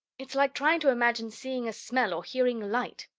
it's like trying to imagine seeing a smell or hearing light!